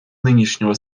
нынешнего